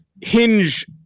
hinge